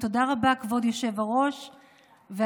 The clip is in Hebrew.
תודה רבה, כבוד היושב-ראש והכנסת.